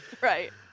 Right